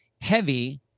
heavy